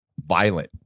violent